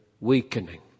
weakening